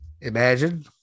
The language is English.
imagine